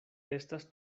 estas